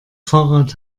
fahrrad